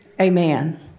amen